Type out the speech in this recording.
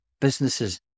businesses